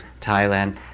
Thailand